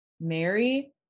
mary